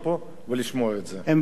הם ודאי צופים בערוץ-99,